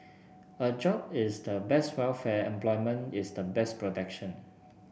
a job is the best welfare employment is the best protection